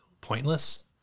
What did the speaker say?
pointless